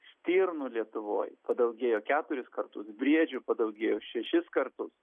stirnų lietuvoj padaugėjo keturis kartus briedžių padaugėjo šešis kartus